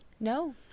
No